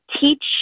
teach